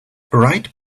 right